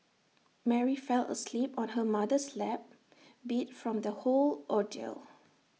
Mary fell asleep on her mother's lap beat from the whole ordeal